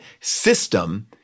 system